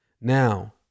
Now